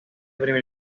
primer